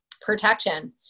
protection